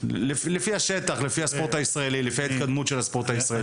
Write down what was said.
לפי השטח, לפי ההתקדמות של הספורט הישראלי.